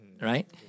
right